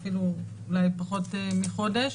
אולי אפילו פחות מחודש.